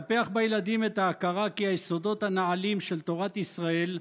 לטפח בילדים את ההכרה כי היסודות הנעלים של תורת ישראל,